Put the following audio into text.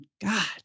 God